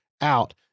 out